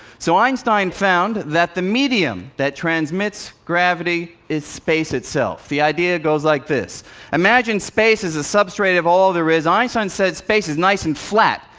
so einstein found that the medium that transmits gravity is space itself. the idea goes like this imagine space is a substrate of all there is. einstein said space is nice and flat,